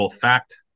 fact